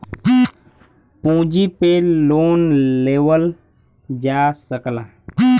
पूँजी पे लोन लेवल जा सकला